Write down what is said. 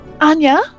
Anya